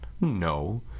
No